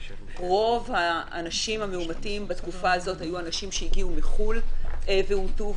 רוב האנשים המאומתים בתקופה הזאת היו אנשים שהגיעו מחו"ל ואומתו,